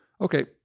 okay